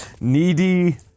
Needy